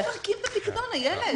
לא מפרקים את הפיקדון, איילת.